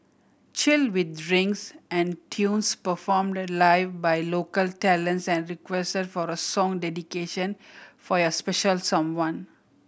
chill with drinks and tunes performed live by local talents and request for a song dedication for your special someone